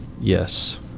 Yes